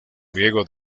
griego